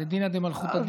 זה דינא דמלכותא,